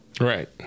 Right